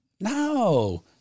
No